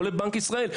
כולל בנק ישראל,